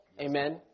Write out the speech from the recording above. Amen